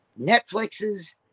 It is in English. Netflix's